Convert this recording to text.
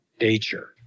nature